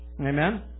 Amen